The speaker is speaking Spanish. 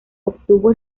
obtuvo